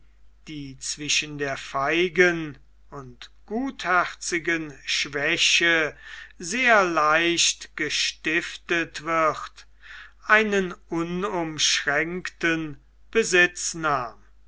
die zwischen der feigen und gutherzigen schwäche sehr leicht gestiftet wird einen unumschränkten besitz nahm